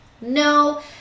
No